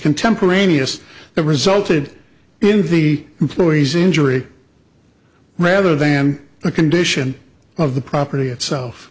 contemporaneous that resulted in the employee's injury rather than the condition of the property itself